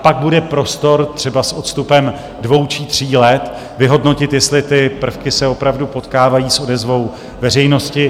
Pak bude prostor třeba s odstupem dvou či tří let vyhodnotit, jestli ty prvky se opravdu potkávají s odezvou veřejnosti.